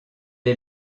est